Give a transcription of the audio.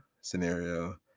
scenario